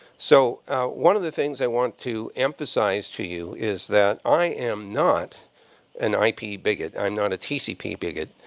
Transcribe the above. so one of the things i want to emphasize to you is that i am not an i p. bigot. i'm not a tcp bigot.